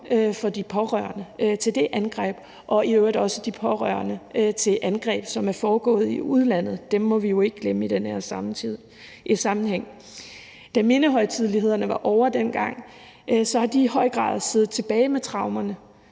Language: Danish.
for de pårørende til det angreb og i øvrigt også de pårørende til angreb, som er foregået i udlandet – dem må vi jo ikke glemme i den her sammenhæng. Da mindehøjtidelighederne var ovre dengang, har de i høj grad siddet tilbage med traumerne